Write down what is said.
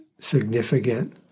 significant